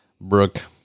Brooke